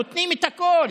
נותנים את הכול?